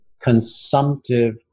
consumptive